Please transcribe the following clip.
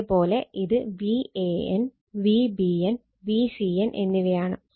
അതേപോലെ ഇത് Van Vbn Vcn എന്നിവയാണ്